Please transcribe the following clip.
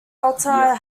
altar